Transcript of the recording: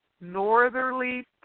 northerly